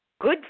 good